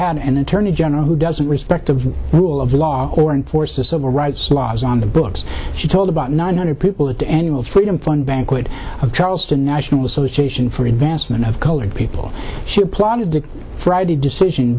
had an attorney general who doesn't respect of rule of law or enforces civil rights laws on the books she told about nine hundred people or to anyone freedom fund banquet of charleston national association for the advancement of colored people she plotted the friday decision